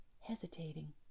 hesitating